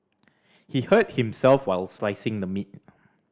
he hurt himself while slicing the meat